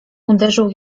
uderzył